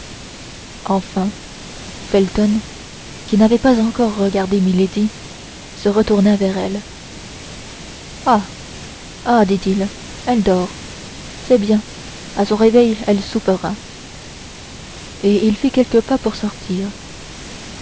enfin felton qui n'avait pas encore regardé milady se retourna vers elle ah ah dit-il elle dort c'est bien à son réveil elle soupera et il fit quelques pas pour sortir